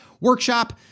workshop